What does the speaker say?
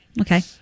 Okay